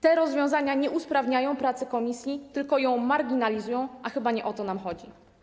Te rozwiązania nie usprawniają pracy komisji, tylko ją marginalizują, a chyba nie o to nam chodzi.